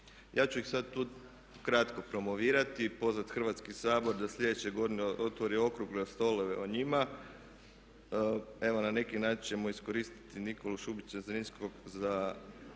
Ja ću ih sad tu kratko promovirati i pozvati Hrvatski sabor da sljedeće godine otvori okrugle stolove o njima. Evo na neki način ćemo iskoristiti Nikolu Šubića Zrinskog za